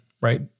right